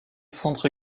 centre